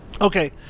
Okay